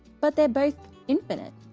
but they're both infinite.